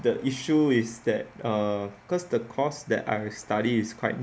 the issue is that err cause the course that I study is quite